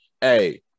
hey